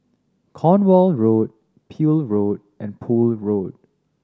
Cornwall Road Peel Road and Poole Road